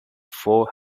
four